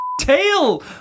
tail